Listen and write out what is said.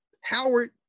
Howard